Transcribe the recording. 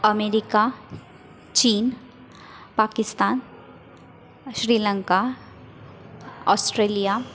America चीन Pakistan Sri Lanka Australia